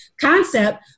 concept